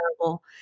terrible